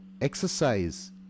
exercise